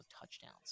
touchdowns